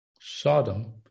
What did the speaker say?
Sodom